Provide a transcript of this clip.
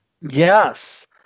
Yes